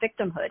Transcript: victimhood